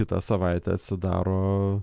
kitą savaitę atsidaro